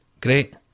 great